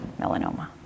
melanoma